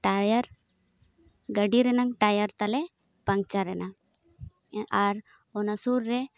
tyre ᱜᱟᱰᱤᱨᱮᱱᱟᱝ tyre ᱛᱟᱞᱮ ᱯᱟᱝᱪᱟᱨᱮᱱᱟ ᱟᱨ ᱚᱱᱟ ᱥᱩᱨ ᱨᱮ